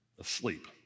asleep